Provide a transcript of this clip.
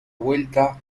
vuelta